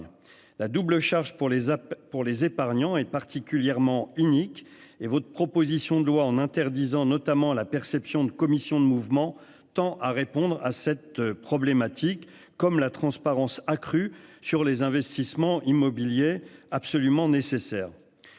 la double charge pour les pour les épargnants et particulièrement inique et votre proposition de loi en interdisant notamment la perception de commissions de mouvement tend à répondre à cette problématique, comme la transparence accrue sur les investissements immobiliers absolument nécessaire.